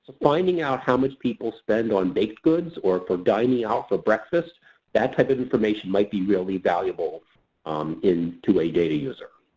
finding out how much people spend on baked goods or for dining out for breakfast that type of information might be really valuable um to a data user.